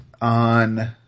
on